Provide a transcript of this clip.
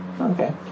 okay